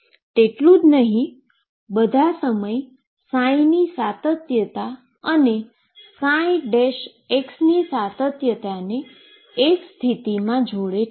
તેટલું જ નહીં બધા સમય ની સાતત્યતા અને ની સાતત્યતાને એક સ્થિતિમાં જોડે છે